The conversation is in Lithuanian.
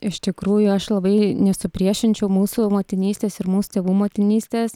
iš tikrųjų aš labai nesupriešinčiau mūsų motinystės ir mūsų tėvų motinystės